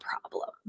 problem